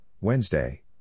Wednesday